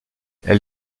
elle